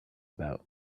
about